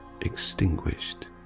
extinguished